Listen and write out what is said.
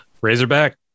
Razorback